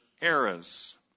eras